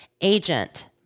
agent